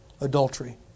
Adultery